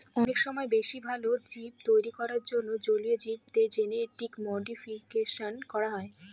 অনেক সময় বেশি ভালো জীব তৈরী করার জন্য জলীয় জীবদের জেনেটিক মডিফিকেশন করা হয়